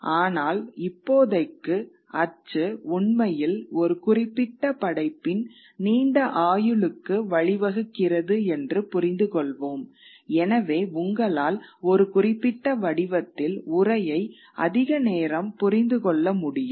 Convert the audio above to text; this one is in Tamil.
ஆனால் இப்போதைக்கு அச்சு உண்மையில் ஒரு குறிப்பிட்ட படைப்பின் நீண்ட ஆயுளுக்கு வழிவகுக்கிறது என்று புரிந்துகொள்வோம் எனவே உங்களால் ஒரு குறிப்பிட்ட வடிவத்தில் உரையை அதிக நேரம் புரிந்து கொள்ள முடியும்